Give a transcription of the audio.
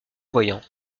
voyant